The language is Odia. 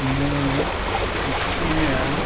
ମୁଁ କୁକିମ୍ୟାନ୍